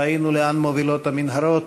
ראינו לאן מובילות המנהרות,